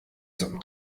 zum